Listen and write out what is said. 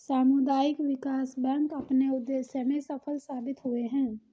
सामुदायिक विकास बैंक अपने उद्देश्य में सफल साबित हुए हैं